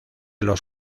los